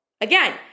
Again